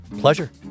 pleasure